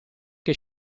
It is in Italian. che